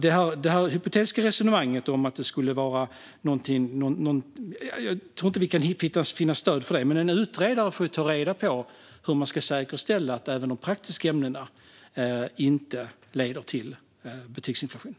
Det hypotetiska resonemang som Niels Paarup-Petersen är inne på tror jag kanske inte att vi kan hitta stöd för, men en utredare får ta reda på hur man ska säkerställa att det inte heller blir betygsinflation i de praktiska ämnena.